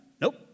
Nope